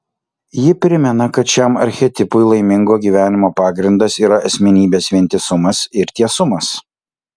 ji primena kad šiam archetipui laimingo gyvenimo pagrindas yra asmenybės vientisumas ir tiesumas